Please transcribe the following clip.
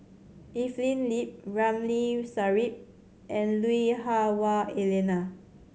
Evelyn Lip Ramli Sarip and Lui Hah Wah Elena